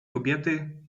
kobiety